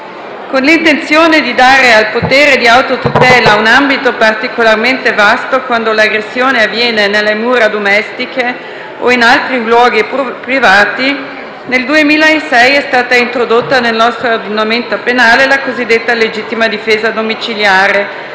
Con l'intenzione di dare al potere di autotutela un ambito particolarmente vasto quando l'aggressione avviene nelle mura domestiche o in altri luoghi privati, nel 2006 è stata introdotta nel nostro ordinamento penale la cosiddetta legittima difesa domiciliare.